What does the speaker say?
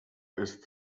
ist